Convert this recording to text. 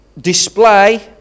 display